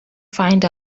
find